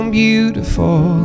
beautiful